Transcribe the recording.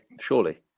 surely